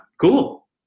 Cool